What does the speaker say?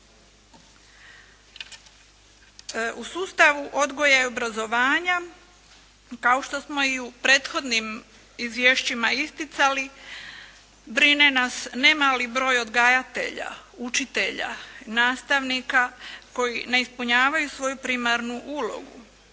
U sustavu odgoja i obrazovanja kao što smo i u prethodnim izvješćima isticali brine nas ne mali broj odgajatelja, učitelja, nastavnika koji ne ispunjavaju svoju primarnu ulogu.